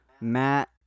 Matt